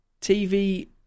TV